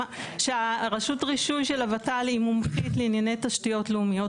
שהרשות רישוי של הוות"ל היא מומחית לענייני תשתיות לאומיות,